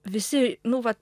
visi nu vat